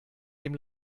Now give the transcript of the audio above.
dem